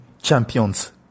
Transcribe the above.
Champions